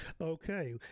Okay